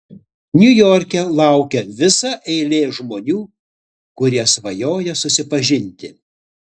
niujorke laukia visa eilė žmonių kurie svajoja susipažinti